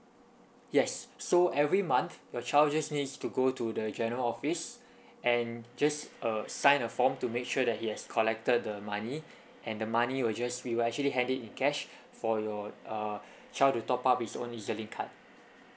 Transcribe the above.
yes so every month your child just needs to go to the general office and just uh sign a form to make sure that he has collected the money and the money will just we will actually hand it in cash for your uh child to top up his own ez link card